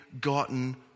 gotten